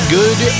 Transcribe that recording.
good